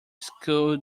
school